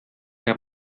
der